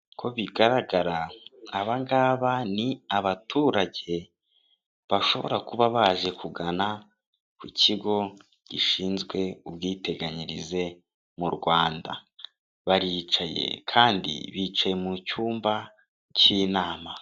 Uko bigaragara abangaba ni abaturage bashobora kuba baje kugana ku kigo gishinzwe ubwiteganyirize mu Rwanda, baricaye kandi bicaye mu cyumba cy'inama.